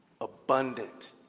abundant